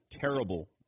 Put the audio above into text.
terrible